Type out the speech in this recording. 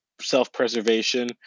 self-preservation